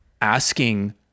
Asking